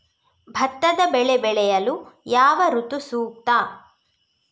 ಭತ್ತದ ಬೆಳೆ ಬೆಳೆಯಲು ಯಾವ ಋತು ಸೂಕ್ತ?